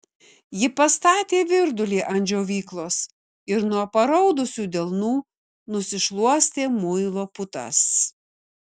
ji pastatė virdulį ant džiovyklos ir nuo paraudusių delnų nusišluostė muilo putas